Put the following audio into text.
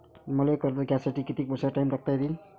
मले कर्ज घ्यासाठी कितीक वर्षाचा टाइम टाकता येईन?